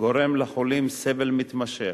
גורם לחולים סבל מתמשך.